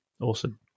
awesome